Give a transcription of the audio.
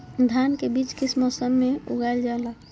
धान के बीज किस मौसम में उगाईल जाला?